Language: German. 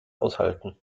aushalten